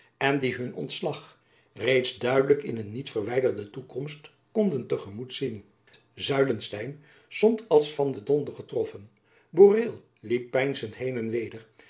en die hun ontslag reeds duidelijk in een niet verwijderde toekomst konden te gemoet zien zuylestein stond als van den donder getroffen boreel liep peinzend heen en weder